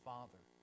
Father